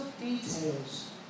details